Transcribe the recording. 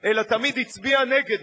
אלא תמיד הצביעה נגד נשים,